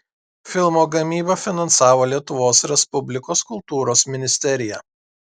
filmo gamybą finansavo lietuvos respublikos kultūros ministerija